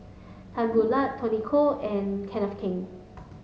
Tan Boo Liat Tony Khoo and Kenneth Keng